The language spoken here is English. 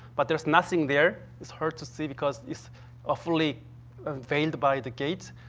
but there's nothing there. it's hard to see because it's ah fully veiled by the gate.